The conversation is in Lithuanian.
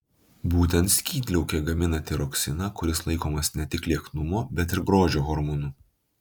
būtent skydliaukė gamina tiroksiną kuris laikomas ne tik lieknumo bet ir grožio hormonu